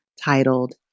titled